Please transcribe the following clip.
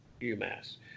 UMass